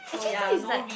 actually this is like